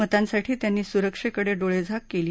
मतांसाठी त्यांनी सुरक्षेकडे डोळेझाक केली